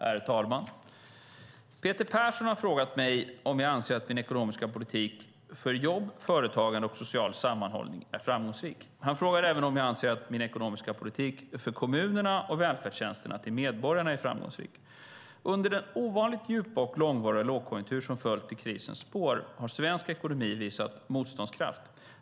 Herr talman! Peter Persson har frågat mig om jag anser att min ekonomiska politik för jobb, företagande och social sammanhållning är framgångsrik. Han frågar även om jag anser att min ekonomiska politik för kommunerna och välfärdstjänsterna till medborgarna är framgångsrik. Under den ovanligt djupa och långvariga lågkonjunktur som följt i krisens spår har svensk ekonomi visat motståndskraft.